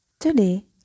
Today